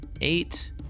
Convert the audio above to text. eight